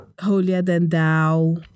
holier-than-thou